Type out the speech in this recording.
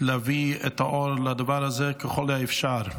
להביא את האור לדבר הזה ככל האפשר.